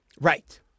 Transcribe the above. Right